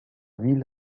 ville